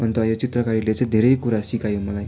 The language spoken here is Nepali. अन्त यो चित्रकारीले चाहिँ धेरै कुरा सिकायो मलाई